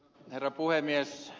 herra puhemies